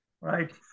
right